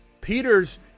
Peters